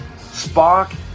Spock